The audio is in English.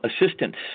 assistance